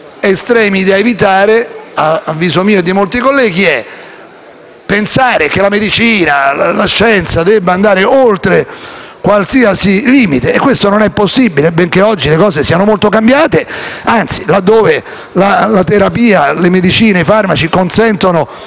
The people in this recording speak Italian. estremi da evitare, ad avviso mio e di molti colleghi. Il primo estremo da evitare è pensare che la medicina e la scienza debbano andare oltre qualsiasi limite. Questo non è possibile, benché oggi le cose siano molto cambiate e laddove la terapia, le medicine e i farmaci consentono